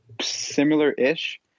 similar-ish